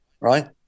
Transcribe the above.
right